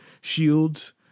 shields